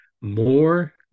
more